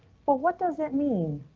but what does it mean?